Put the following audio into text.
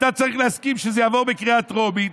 אתה צריך להסכים שזה יעבור בקריאה טרומית,